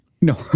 No